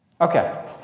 Okay